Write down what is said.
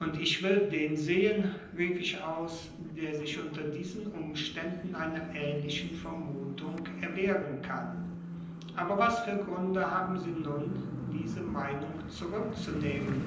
und ich will den sehen rief ich aus der sich unter diesen umständen einer ähnlichen vermutung erwehren kann aber was für gründe haben sie nun diese meinung zurückzunehmen